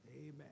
Amen